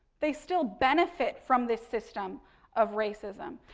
they still benefit from this system of racism.